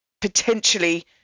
potentially